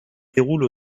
déroule